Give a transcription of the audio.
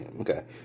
Okay